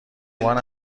عنوان